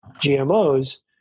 GMOs